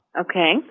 Okay